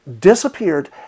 disappeared